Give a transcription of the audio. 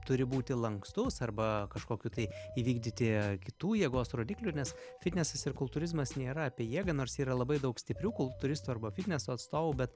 turi būti lankstus arba kažkokių tai įvykdyti kitų jėgos rodiklių nes fitnesas ir kultūrizmas nėra apie jėgą nors yra labai daug stiprių kultūristų arba fitneso atstovų bet